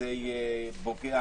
שזה פוגע